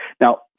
Now